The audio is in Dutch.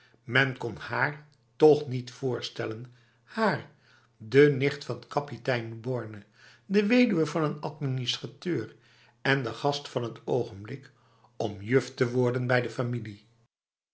men kon haar toch niet voorstellen haar de nicht van kapitein borne de weduwe van een administrateur en de gast van het ogenblik om juf te worden bij de familie